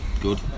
Good